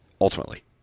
ultimately